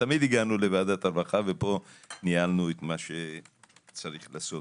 תמיד הגענו לוועדת ,הרווחה ופה ניהלנו את מה שצריך לעשות.